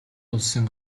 улсын